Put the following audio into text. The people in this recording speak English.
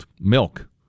milk